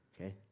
okay